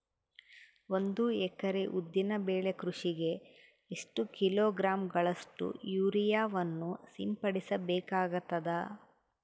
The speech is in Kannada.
ಒಂದು ಎಕರೆ ಉದ್ದಿನ ಬೆಳೆ ಕೃಷಿಗೆ ಎಷ್ಟು ಕಿಲೋಗ್ರಾಂ ಗಳಷ್ಟು ಯೂರಿಯಾವನ್ನು ಸಿಂಪಡಸ ಬೇಕಾಗತದಾ?